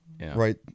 right